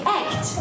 act